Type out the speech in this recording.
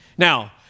Now